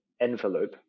envelope